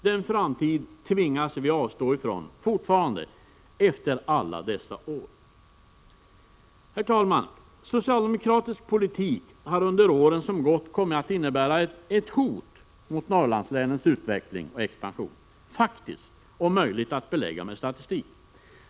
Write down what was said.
Den framtiden tvingas vi avstå ifrån — fortfarande, efter alla dessa år. Herr talman! Socialdemokratisk politik har under åren som gått kommit att innebära ett hot mot Norrlandslänens utveckling och expansion — faktiskt och möjligt att belägga med statistik.